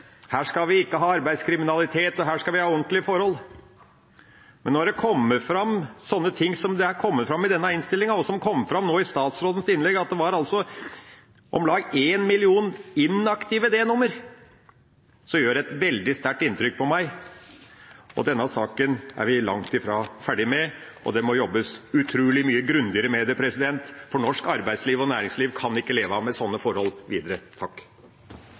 her skal vi ikke ha arbeidslivskriminalitet, og her skal vi ha ordentlige forhold. Men når det kommer fram sånne ting som det som kommer fram i denne innstillinga, og som kom fram nå i statsrådens innlegg, at det er om lag 1 million inaktive D-nummer, så gjør det et veldig sterkt inntrykk på meg. Og denne saken er vi langt ifra ferdig med, og det må jobbes utrolig mye grundigere med den, for norsk arbeidsliv og næringsliv kan ikke leve med sånne forhold videre.